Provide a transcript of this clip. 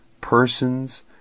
persons